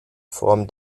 form